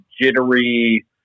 jittery